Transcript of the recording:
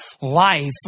life